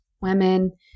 women